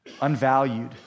unvalued